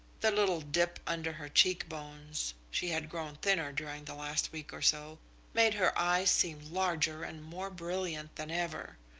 the little dip under her cheekbones she had grown thinner during the last week or so made her eyes seem larger and more brilliant than ever.